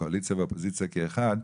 קואליציה ואופוזיציה כאחד,